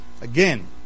Again